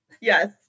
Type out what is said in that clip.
Yes